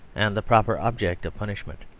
and the proper object of punishment.